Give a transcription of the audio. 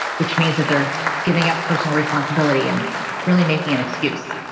which means that they're giving up personal responsibility and really making an excuse.